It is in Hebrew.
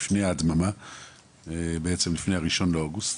לפני ה-1 באוגוסט,